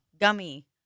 Gummy